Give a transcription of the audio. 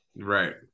right